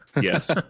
Yes